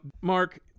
Mark